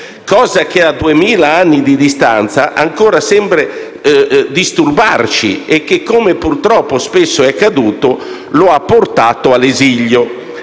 righe. A duemila anni di distanza questo sembra ancora disturbarci e, come purtroppo spesso è accaduto, lo ha portato all'esilio.